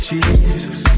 Jesus